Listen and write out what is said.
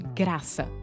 graça